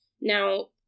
Now